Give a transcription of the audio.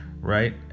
right